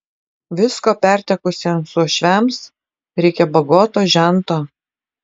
visko pertekusiems uošviams reikia bagoto žento